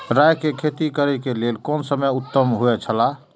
राय के खेती करे के लेल कोन समय उत्तम हुए छला?